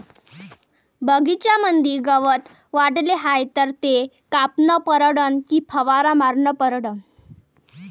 बगीच्यामंदी गवत वाढले हाये तर ते कापनं परवडन की फवारा मारनं परवडन?